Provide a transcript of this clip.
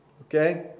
Okay